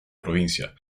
provincia